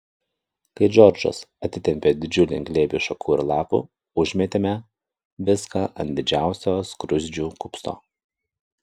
kai džordžas atitempė didžiulį glėbį šakų ir lapų užmėtėme viską ant didžiausio skruzdžių kupsto